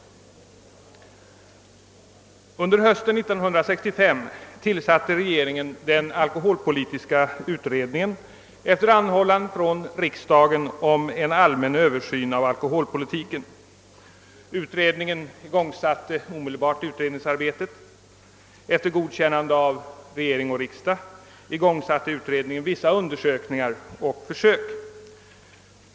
Under hösten 1965 tillsatte regeringen den alkoholpolitiska utredningen efter anhållan från riksdagen om en allmän översyn av alkoholpolitiken. Utredningen satte omedelbart i gång verksamheten. Efter godkännande av regering och riksdag vidtog utredningen vissa undersökningar och försök.